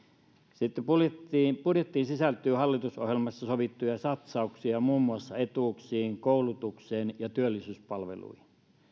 budjettiin budjettiin sisältyy hallitusohjelmassa sovittuja satsauksia muun muassa etuuksiin koulutukseen ja työllisyyspalveluihin